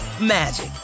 magic